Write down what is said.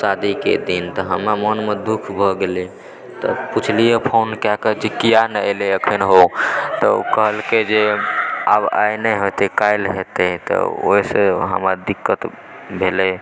शादीके दिन तऽ हमरा मोनमे दुःख भ गेलै तऽ पूछलियै फोन कएक जे किआ नहि एलय अखन हो तऽ ओ कहलकय जे आब आइ नहि तय काल्हि हेतय तऽओहिसँ हमरा दिक्कत भेलए